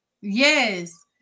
yes